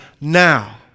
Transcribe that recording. now